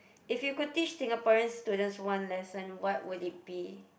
if you could teach Singaporean students one lesson what would it be